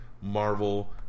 Marvel